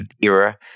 era